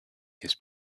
his